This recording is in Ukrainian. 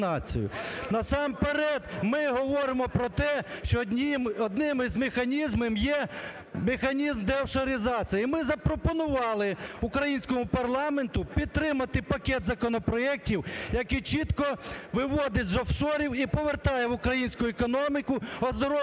Насамперед, ми говоримо про те, що одним із механізмів є механізм деофшоризації. І ми запропонували українському парламенту підтримати пакет законопроектів, який чітко виводить з офшорів і повертає в українську економіку, оздоровлюючи